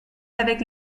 avec